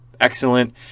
excellent